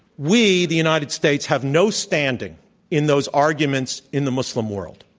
we, the united states, have no standing in those arguments in the muslim world,